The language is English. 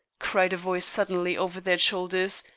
cried a voice suddenly over their shoulders,